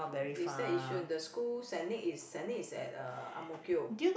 they stay at yishun the school sending is sending is at uh ang mo kio